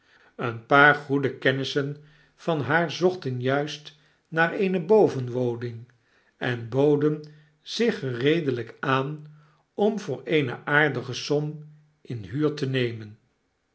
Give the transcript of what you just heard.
een paar goede kennissen van baar zochten juist naar eene bovenwoning en boden zich gereedelyk aan om voor eene aardige som in huur te nemen